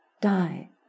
die